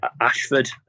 ashford